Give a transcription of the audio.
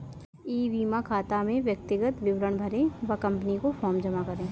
ई बीमा खाता में व्यक्तिगत विवरण भरें व कंपनी को फॉर्म जमा करें